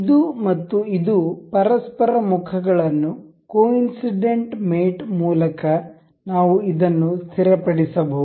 ಇದು ಮತ್ತು ಇದು ಪರಸ್ಪರ ಮುಖಗಳನ್ನು ಕೊಇನ್ಸಿಡೆಂಟ್ ಮೇಟ್ ಮೂಲಕ ನಾವು ಇದನ್ನು ಸ್ಥಿರಪಡಿಸಬಹುದು